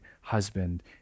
husband